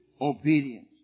obedience